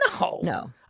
No